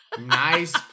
Nice